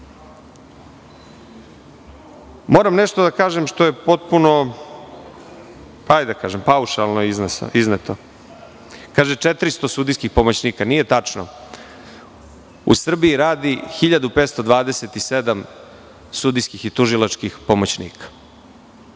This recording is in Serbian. radi. Moram nešto da kažem što je potpuno paušalno izneto. Kaže – 400 sudijskih pomoćnika. Nije tačno. U Srbiji radi 1.527 sudijskih i tužilačkih pomoćnika.